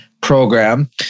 program